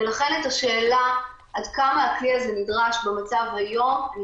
ולכן השאלה עד כמה הכלי הזה נדרש במצב היום אני